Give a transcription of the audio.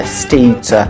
state